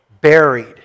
Buried